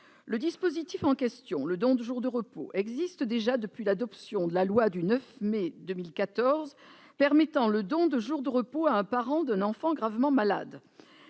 Le dispositif en question, le don de jour de repos, existe déjà depuis l'adoption de la loi du 9 mai 2014 permettant le don de jours de repos à un parent d'un enfant gravement malade.